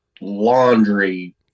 laundry